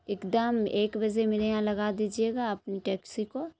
ایک دم ایک بجے میرے یہاں لگا دیجیے گا اپنی ٹیکسی کو